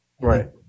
Right